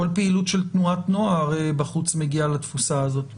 כל פעילות של תנועת נוער בחוץ מגיעה לתפוסה הזאת.